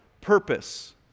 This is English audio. purpose